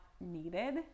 needed